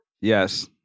Yes